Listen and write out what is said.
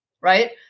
right